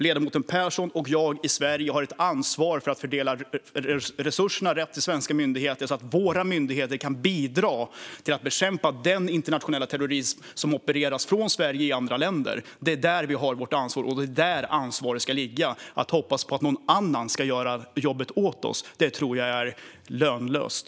Ledamoten Pehrson och jag har ett ansvar för att i Sverige fördela resurserna till svenska myndigheter rätt, så att våra myndigheter kan bidra till att bekämpa den internationella terrorism som opereras från Sverige i andra länder. Det är där vi har vårt ansvar. Och det är där ansvaret ska ligga. Att hoppas på att någon annan ska göra jobbet åt oss tror jag är lönlöst.